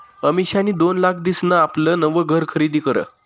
अमिषानी दोन लाख दिसन आपलं नवं घर खरीदी करं